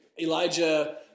Elijah